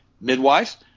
midwives